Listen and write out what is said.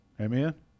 Amen